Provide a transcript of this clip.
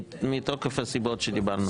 מתוקף הסיבות שדיברנו.